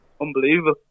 unbelievable